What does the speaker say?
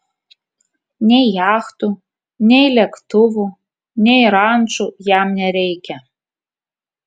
nei jachtų nei lėktuvų nei rančų jam nereikia